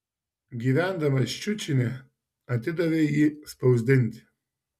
gyvendamas ščiučine atidavė jį spausdinti